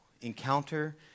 encounter